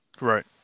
Right